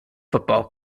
football